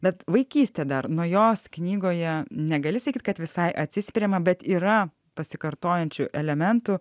bet vaikystė dar nuo jos knygoje negali sakyti kad visai atsispiriama bet yra pasikartojančių elementų